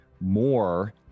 more